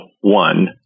one